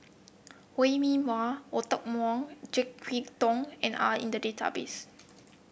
Wee Mee Wah JeK Yeun Thong and are in the database